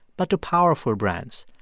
but to powerful brands.